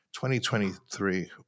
2023